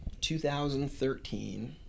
2013